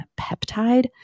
peptide